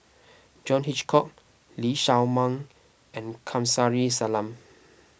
John Hitchcock Lee Shao Meng and Kamsari Salam